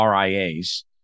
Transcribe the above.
RIAs